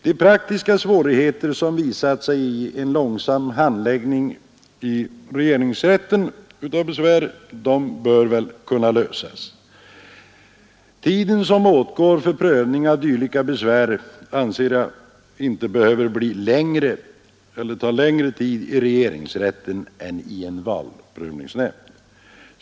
De praktiska svårigheter som visat sig i en långsam handläggning i regeringsrätten bör kunna lösas. Den tid som åtgår för prövning av dylika besvär behöver inte bli längre i regeringsrätten än i en valprövningsnämnd.